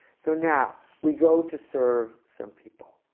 so now we go to serve some people